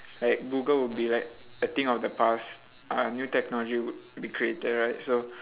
like google will be like a thing of the past ah new technology would be created right so